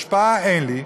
השפעה אין לי.